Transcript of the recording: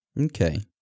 Okay